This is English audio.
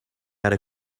other